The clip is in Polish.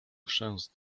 chrzęst